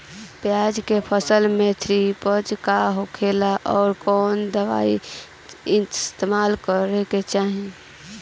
प्याज के फसल में थ्रिप्स का होखेला और कउन दवाई इस्तेमाल कईल जाला?